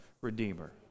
Redeemer